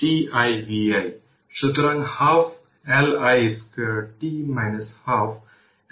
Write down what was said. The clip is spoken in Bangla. এই হল i এবং এই হল v C এবং এই হল আপনার ভোল্টেজ এবং v L এবং ক্যাপাসিটর এবং ইন্ডাক্টরে স্টোরড এনার্জি খুঁজে বের করতে হবে